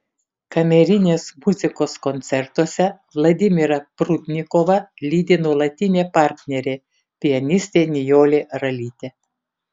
kamerinės muzikos koncertuose vladimirą prudnikovą lydi nuolatinė partnerė pianistė nijolė ralytė